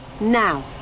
Now